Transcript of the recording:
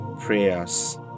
prayers